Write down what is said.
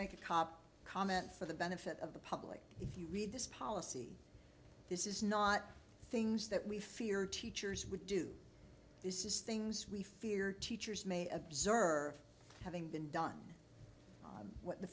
make a copy comment for the benefit of the public if you read this policy this is not things that we fear teachers would do this is things we fear teachers may observe having been done what the